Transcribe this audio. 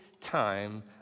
time